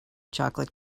chocolate